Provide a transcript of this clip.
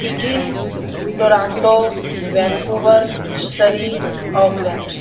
peking Toronto Vancouver Surrey Auckland